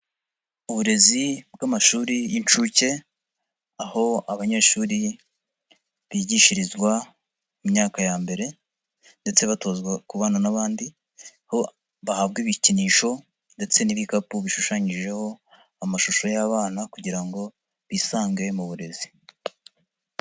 Uburezi bw amashuri y'inshuke aho abanyeshuri bigishirizwa mu myaka ya mbere ndetse batozwa kubana n'abandi, aho bahabwa ibikinisho ndetse n'ibikapu bishushanyijeho amashusho y'abana kugira ngo bisange mu burezi